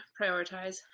prioritize